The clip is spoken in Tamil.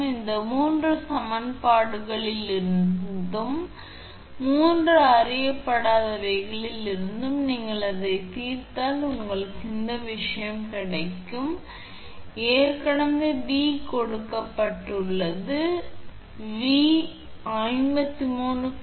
எனவே இந்த மூன்று சமன்பாடுகளிலிருந்தும் மூன்று அறியப்படாதவற்றிலிருந்தும் நீங்கள் அதைத் தீர்த்தால் உங்களுக்கு இந்த விஷயம் கிடைக்கும் அதாவது V ஏற்கனவே கொடுக்கப்பட்டுள்ளது ஏனென்றால் V உண்மையில் V கொடுக்கப்பட்டுள்ளது V உண்மையில் தெரியும்